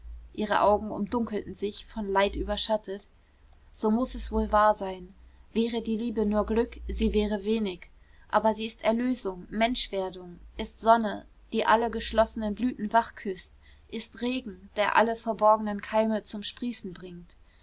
ihre augen umdunkelten sich von leid überschattet so muß es wohl wahr sein wäre die liebe nur glück sie wäre wenig aber sie ist erlösung menschwerdung ist sonne die alle geschlossenen blüten wach küßt ist regen der alle verborgenen keime zum sprießen bringt